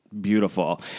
beautiful